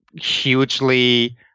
hugely